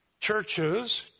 churches